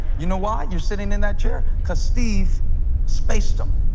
you know why you're sitting in that chair? because steve spaced them.